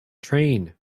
train